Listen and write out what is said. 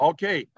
Okay